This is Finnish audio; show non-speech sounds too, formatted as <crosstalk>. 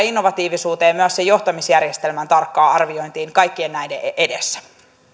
<unintelligible> innovatiivisuuteen ja myös sen johtamisjärjestelmän tarkkaan arviointiin kaikkien näiden edessä